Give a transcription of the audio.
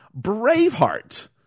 Braveheart